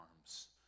arms